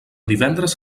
divendres